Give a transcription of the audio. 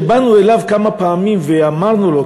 כשבאנו אליו כמה פעמים ואמרנו לו,